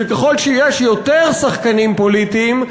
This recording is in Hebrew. שככל שיש יותר שחקנים פוליטיים,